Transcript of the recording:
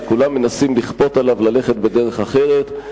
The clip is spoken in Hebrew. וכולם מנסים לכפות עליו ללכת בדרך אחרת.